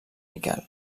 miquel